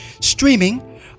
streaming